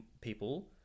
people